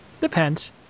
Depends